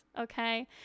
okay